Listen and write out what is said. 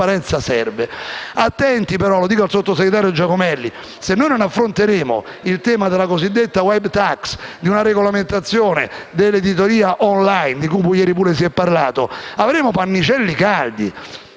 Attenti, però (mi rivolgo al sottosegretario Giacomelli): se non affronteremo il tema della cosiddetta *web tax,* ossia di una regolamentazione dell'editoria *online,* di cui anche ieri si è parlato, avremo pannicelli caldi.